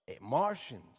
Martians